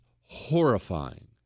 horrifying